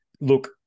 Look